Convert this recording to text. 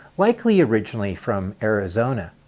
likely originally from arizona.